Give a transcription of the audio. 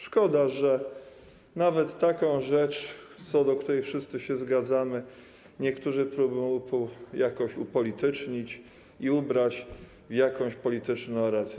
Szkoda, że nawet taką rzecz, co do której wszyscy się zgadzamy, niektórzy próbują jakoś upolitycznić i ubrać w jakąś polityczną narrację.